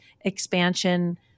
expansion